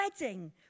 wedding